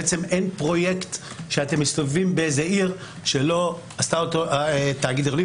בעצם אין פרויקט שאתם מסתובבים באיזה עיר שלא עשה אותו תאגיד עירוני.